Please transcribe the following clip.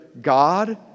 God